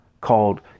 called